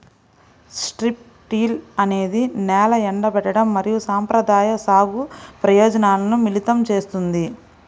strip till అనేది నేల ఎండబెట్టడం మరియు సంప్రదాయ సాగు ప్రయోజనాలను మిళితం చేస్తుంది